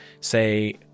say